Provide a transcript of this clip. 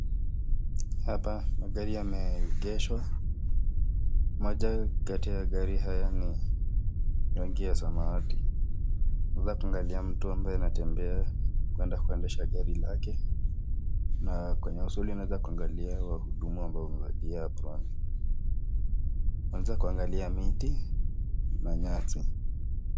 Hapa magari yameegeshwa, moja kati ya gari haya ni rangi ya samawati, unaweza kuangalia mtu ambaye anatembea kwenda kuendesha gari lake, na kwenye usuli unaweza kuangalia wahudumu ambao wamevalia aproni, unaweza kuangalia miti na nyasi.